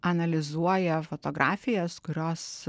analizuoja fotografijas kurios